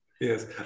Yes